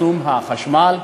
תשלום החשמל,